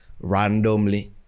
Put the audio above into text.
randomly